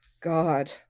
god